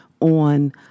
on